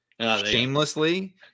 shamelessly